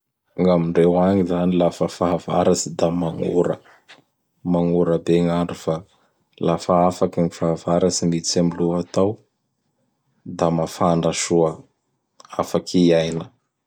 Gn'amindreo any izany lafa fahavaratsy da magnora. Magnora be gn'andro fa lafa afaky gny fahavaratsy miditsy am lohatao; da mafana soa. Afaky iaina.